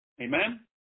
Amen